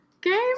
game